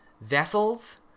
Vessels